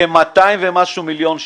כ-200 ומשהו מיליון שקל.